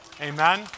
Amen